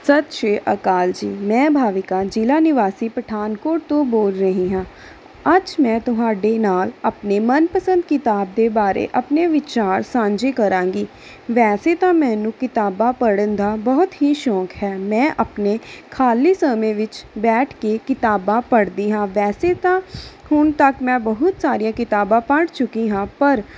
ਸਤਿ ਸ੍ਰੀ ਅਕਾਲ ਜੀ ਮੈਂ ਭਾਵੀਕਾ ਜ਼ਿਲ੍ਹਾ ਨਿਵਾਸੀ ਪਠਾਨਕੋਟ ਤੋਂ ਬੋਲ ਰਹੀ ਹਾਂ ਅੱਜ ਮੈਂ ਤੁਹਾਡੇ ਨਾਲ ਆਪਣੇ ਮਨਪਸੰਦ ਕਿਤਾਬ ਦੇ ਬਾਰੇ ਆਪਣੇ ਵਿਚਾਰ ਸਾਂਝੇ ਕਰਾਂਗੀ ਵੈਸੇ ਤਾਂ ਮੈਨੂੰ ਕਿਤਾਬਾਂ ਪੜ੍ਹਨ ਦਾ ਬਹੁਤ ਹੀ ਸ਼ੌਕ ਹੈ ਮੈਂ ਆਪਣੇ ਖਾਲੀ ਸਮੇਂ ਵਿੱਚ ਬੈਠ ਕੇ ਕਿਤਾਬਾਂ ਪੜ੍ਹਦੀ ਹਾਂ ਵੈਸੇ ਤਾਂ ਹੁਣ ਤੱਕ ਮੈਂ ਬਹੁਤ ਸਾਰੀਆਂ ਕਿਤਾਬਾਂ ਪੜ੍ਹ ਚੁੱਕੀ ਹਾਂ ਪਰ